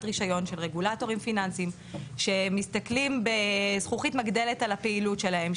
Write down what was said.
רישיון של רגולטורים פיננסים שמסתכלים בזכוכית מגדלת על הפעילות שלהם,